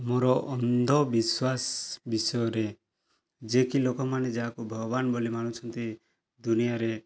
ମୋର ଅନ୍ଧବିଶ୍ଵାସ ବିଷୟରେ ଯେ କି ଲୋକମାନେ ଯାହାକୁ ଭଗବାନ ବୋଲି ମାନୁଛନ୍ତି ଦୁନିଆରେ